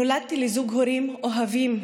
נולדתי לזוג הורים אוהבים,